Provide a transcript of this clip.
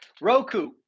Roku